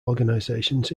organizations